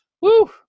woo